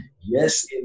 yes